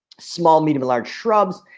small, medium large shrubs,